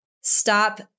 stop